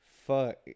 Fuck